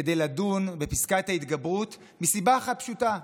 כדי לדון בפסקת ההתגברות מסיבה אחת פשוטה,